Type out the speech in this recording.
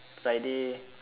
friday